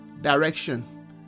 direction